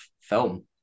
film